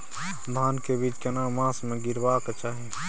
धान के बीज केना मास में गीराबक चाही?